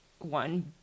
One